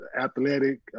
athletic